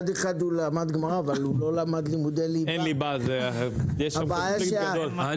הגיוני שיהיה בסיס נתונים.